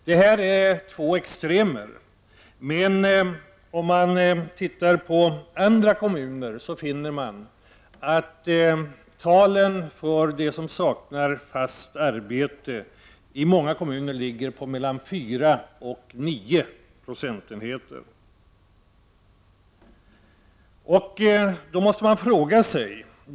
Det här är två extremer, men om man tittar på många andra kommuner finner man att talen för de människor som saknar fast arbete ligger på mellan 4 och 9 9o.